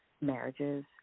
marriages